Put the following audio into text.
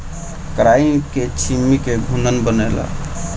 कराई के छीमी के घुघनी बनेला